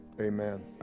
Amen